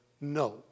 no